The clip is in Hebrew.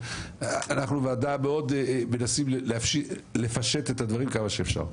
אנחנו בוועדה מאוד מנסים לפשט את הדברים כמה אפשר.